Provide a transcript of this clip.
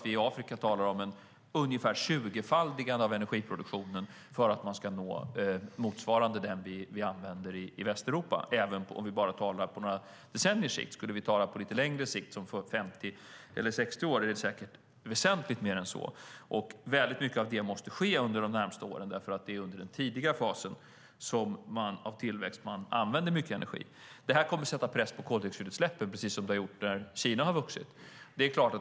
I Afrika talar vi om ungefär ett tjugofaldigande av energiproduktionen för att de ska nå motsvarande den vi använder i Västeuropa, om vi talar på bara några decenniers sikt. Skulle vi tala på lite längre sikt, som 50 eller 60 år, är det säkert väsentligt mer än så. Väldigt mycket av det måste ske under de närmaste åren, för det är under den tidiga fasen av tillväxt som man använder mycket energi. Detta kommer att sätta press på koldioxidutsläppen, precis som det har gjort när Kina har vuxit.